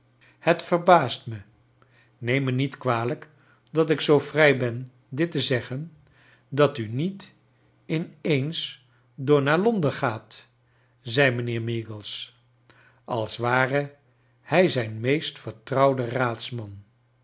het verbaast me neem mij niet kwalijk dat ik zoo vrij ben dit te zeggen dat u niet in eens door naar londen gaat zei mijnheer meagles als ware hij zijn meest vertrouwde raadsman